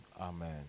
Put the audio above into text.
amen